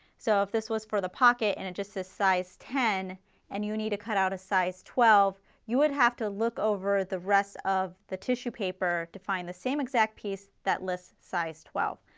so if this was for the pocket and it just says size ten and you need to cut out a size twelve you would have to look over the rest of the tissue paper to find the same exact piece that list size twelve.